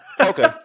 Okay